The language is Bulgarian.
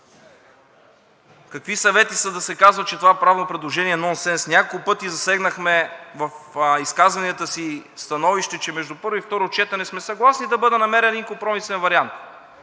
Какви съвети са да се казва, че това правно предложение е нонсенс? Няколко пъти в изказванията си засегнахме становище, че между първо и второ четене сме съгласни да бъде намерен един компромисен вариант.